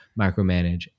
micromanage